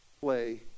play